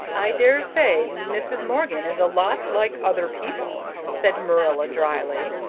i daresay mrs. morgan is a lot like other people, said marilla drily,